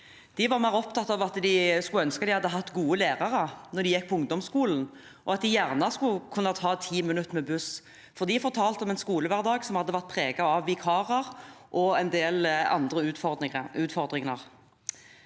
De var mer opptatt av at de skulle ønske de hadde hatt gode lærere da de gikk på ungdomsskolen, og at de gjerne kunne reist i ti minutter med buss. De fortalte om en skolehverdag som hadde vært preget av vikarer og en del andre utfordringer.